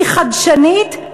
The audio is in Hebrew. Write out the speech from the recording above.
היא חדשנית?